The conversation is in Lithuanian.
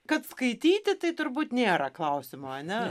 kad skaityti tai turbūt nėra klausimo ane